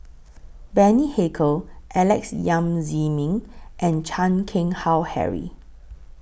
Bani Haykal Alex Yam Ziming and Chan Keng Howe Harry